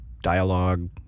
dialogue